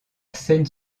seyne